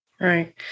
Right